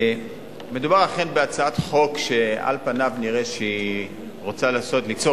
מדובר אכן בהצעת חוק שעל פניו נראה שהיא רוצה ליצור